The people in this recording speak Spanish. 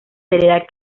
seriedad